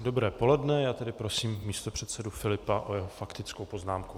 Dobré poledne, já tedy prosím místopředsedu Filipa o jeho faktickou poznámku.